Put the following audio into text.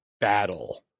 battle